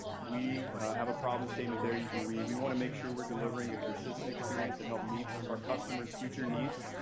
we have a problem statement there you can read. we want to make sure we're delivering a consistent experience that help meets our customers future needs.